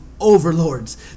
overlords